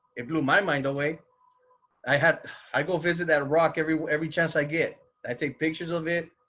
it blew my mind away i had i go visit that rock every, every chance i get i take pictures of it.